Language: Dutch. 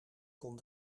kon